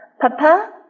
Papa